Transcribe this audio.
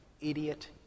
idiot